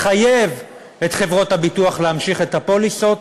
את חברות הביטוח להמשיך את הפוליסות,